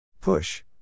Push